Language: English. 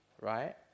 right